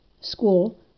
school